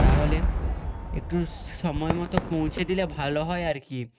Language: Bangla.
তাহলে একটু সময় মতো পৌঁছে দিলে ভালো হয় আর কি